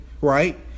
right